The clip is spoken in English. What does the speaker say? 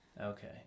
Okay